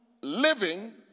living